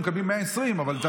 מקבלים 120. זה